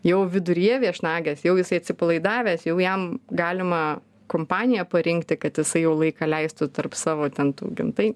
jau viduryje viešnagės jau jisai atsipalaidavęs jau jam galima kompaniją parinkti kad jisai jau laiką leistų tarp savo ten tų tai